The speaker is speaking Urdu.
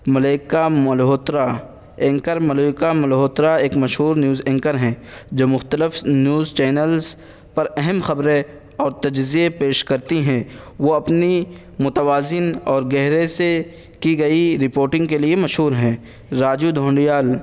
ملیکہ ملہوترا اینکر ملیکہ ملہوترا ایک مشہور نیوز اینکر ہیں جو مختلف نیوز چینلس پر اہم خبریں اور تجزیے پیش کرتی ہیں وہ اپنی متوازن اور گہرے سے کی گئی رپورٹنگ کے لیے مشہور ہیں راجو دھونڈیال